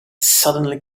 suddenly